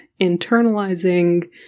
internalizing